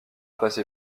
passé